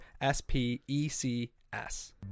S-P-E-C-S